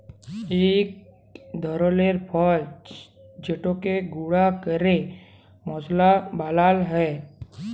ইক ধরলের ফল যেটকে গুঁড়া ক্যরে মশলা বালাল হ্যয়